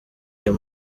iyo